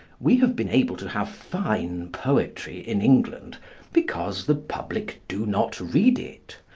we have been able to have fine poetry in england because the public do not read it,